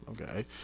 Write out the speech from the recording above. okay